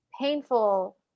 painful